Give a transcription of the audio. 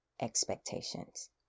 expectations